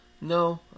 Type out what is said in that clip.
No